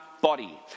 body